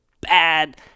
bad